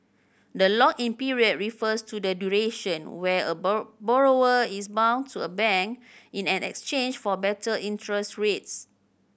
the lock in period refers to the duration where a bowl borrower is bound to a bank in an exchange for better interest rates